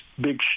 big